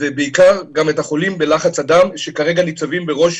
ובעיקר, גם את החולים בלחץ הדם, שכרגע ניצבים בראש